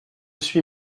suis